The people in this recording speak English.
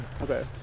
Okay